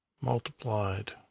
multiplied